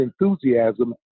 enthusiasm